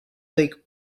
take